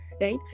right